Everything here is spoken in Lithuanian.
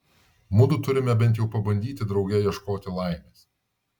mudu turime bent jau pabandyti drauge ieškoti laimės